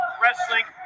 wrestling